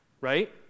Right